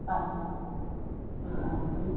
അ അ അ അ